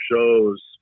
shows